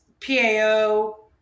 PAO